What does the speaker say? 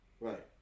Right